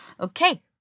Okay